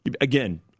again